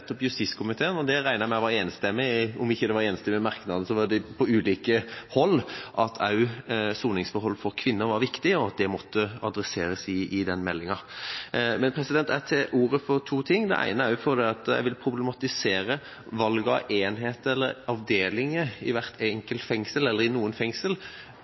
på ulike hold – at også soningsforhold for kvinner var viktig, og at det måtte adresseres i meldinga. Jeg tar ordet for to ting: Det ene er fordi jeg vil problematisere valget av enheter eller avdelinger i hvert enkelt eller i noen